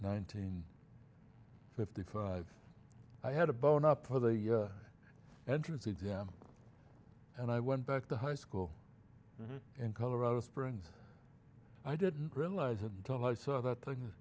and fifty five i had a bone up for the entrance exam and i went back to high school in colorado springs i didn't realize until i saw that thing